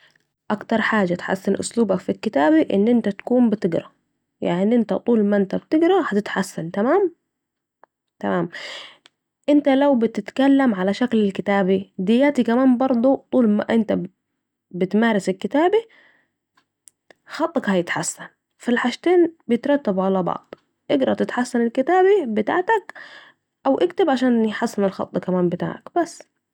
أكتر حاجه تحسن اسلوبك في الكتابة أن أنت تكون بتقري يعني أنت طول ما انت بتقري هتتحسن تمام ، انت لو بتتكلم على شكل الكتابة دياتي كمان بردوا طول ما انا بتمارس الكتابه خطك هيتحسن فا الحاجتين بيترتبو على بعض اقري تتحسن الكتابه بتعتك او اكتب علشان يتحسن الخط كمان بتاعك